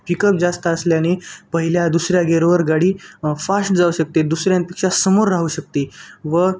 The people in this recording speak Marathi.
पिकअप जास्त असल्याने पहिल्या दुसऱ्या गेयरवर गाडी फास्ट जाऊ शकते दुसऱ्यांपेक्षा समोर राहू शकते व